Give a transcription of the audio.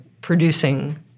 producing